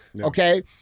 okay